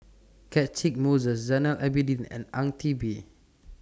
Catchick Moses Zainal Abidin and Ang Teck Bee